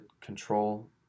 control